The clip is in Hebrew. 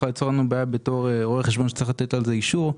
יכולה ליצור לנו בעיה בתור רואה חשבון שצריך לתת על זה אישור,